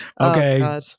Okay